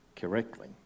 correctly